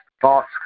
Thoughts